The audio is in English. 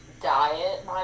diet